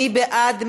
מי בעד?